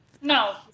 No